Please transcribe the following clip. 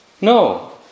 No